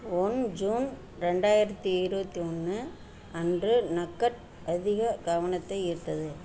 one June ரெண்டாயிரத்தி இருபத்தி ஒன்று அன்று நக்கட் அதிக கவனத்தை ஈர்த்தது